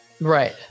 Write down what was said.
right